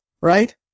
right